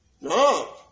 No